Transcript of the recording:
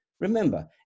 Remember